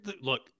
Look